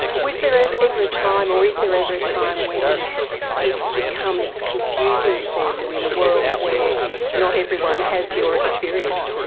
was there ah ever a time, or is there ever a time when it becomes confusing for you in a world where not everyone has your experience?